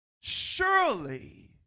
surely